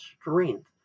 strength